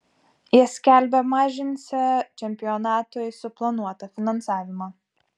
jie skelbia mažinsią čempionatui suplanuotą finansavimą